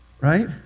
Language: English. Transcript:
right